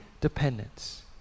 dependence